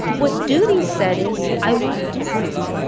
what dutee said is, i won't do that,